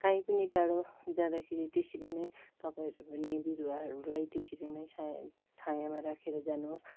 कहीँ पनि टाढो जाँदाखेरि त्यसरी नै तपाईँहरू पनि बिरुवाहरूलाई त्यसरी नै छायाँ छायाँमा राखेर जानुहोस्